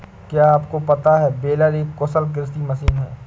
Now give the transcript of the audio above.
क्या आपको पता है बेलर एक कुशल कृषि मशीन है?